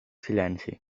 silenci